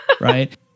right